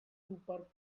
super